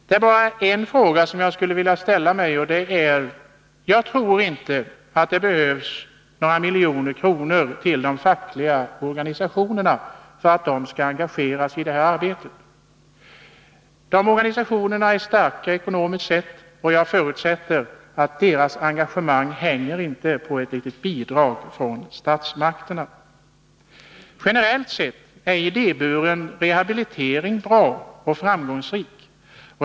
Det är bara en sak jag ställer mig frågande inför. Jag tror inte att det behövs några miljoner kronor till de fackliga organisationerna för att de skall engagera sig i det här arbetet. Dessa organisationer är starka ekonomiskt sett, och jag förutsätter att deras engagemang inte hänger på om de får ett litet bidrag från statsmakterna. Generellt sett är idéburen rehabilitering bra och framgångsrik.